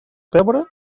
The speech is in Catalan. pebre